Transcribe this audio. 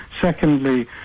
secondly